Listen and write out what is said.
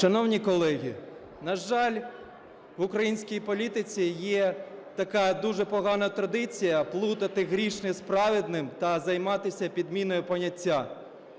Шановні колеги, на жаль, в українській політиці є така дуже погана традиція плутати грішне з праведним та займатися підміною понять.